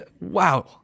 wow